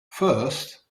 first